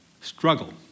struggle